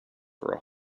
for